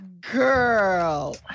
Girl